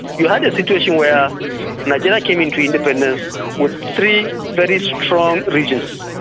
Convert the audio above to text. you had a situation where nigeria came into independence with three very strong regions.